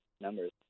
numbers